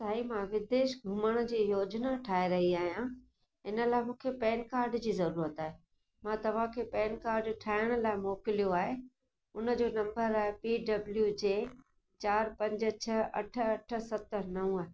साई मां विदेश घुमण जी योजना ठाहे रही आहियां इन लाइ मूंखे पैन कार्ड जी ज़रूरत आहे मां तव्हांखे पैन कार्ड ठाहिण लाइ मोकिलियो आहे उन जो नंबर आहे पी डब्लू जे चारि पंज छह अठ अठ सत नव